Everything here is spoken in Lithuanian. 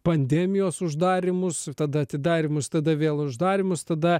pandemijos uždarymus tada atidarymus tada vėl uždarymus tada